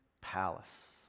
palace